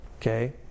Okay